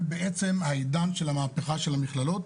זה בעצם העידן של המהפכה של המכללות.